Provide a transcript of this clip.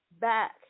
back